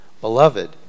Beloved